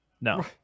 No